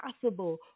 possible